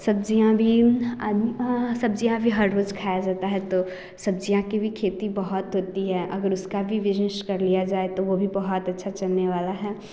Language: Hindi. सब्जियाँ भी सब्जियाँ भी हर रोज खाया जाता है तो सब्जियाँ की भी खेती बहुत होती है अगर उसका भी बिजनेश कर लिया जाए तो वो भी बहुत अच्छा चलने वाला है